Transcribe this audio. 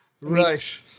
Right